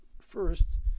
first